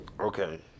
okay